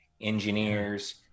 engineers